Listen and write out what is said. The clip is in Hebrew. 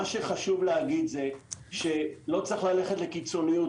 מה שחשוב להגיד זה שלא צריך ללכת לא לקיצוניות,